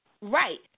Right